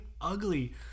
ugly